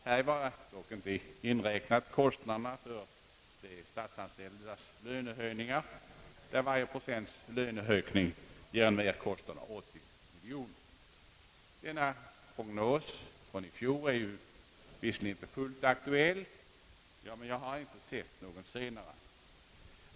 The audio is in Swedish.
Häri var dock inte inräknade kostnaderna för de statsanställdas lönehöjningar, där varje procents löneökning ger en merkostnad av 80 000 000 kronor. Denna prognos från i fjol är visserligen inte fullt aktuell, men jag har inte sett någon senare.